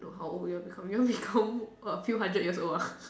no how old you want to become you want to become a few hundred years old ah